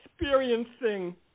experiencing